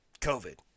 COVID